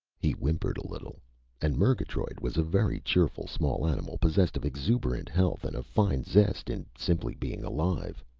he whimpered a little and murgatroyd was a very cheerful small animal, possessed of exuberant health and a fine zest in simply being alive.